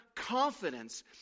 confidence